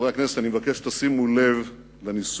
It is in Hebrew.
חברי הכנסת, אני מבקש שתשימו לב לניסוח: